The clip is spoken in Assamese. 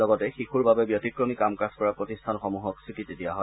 লগতে শিশুৰ বাবে ব্যতিক্ৰমী কাম কাজ কৰা প্ৰতিষ্ঠানসমূহ স্বীকৃতি দিয়া হয়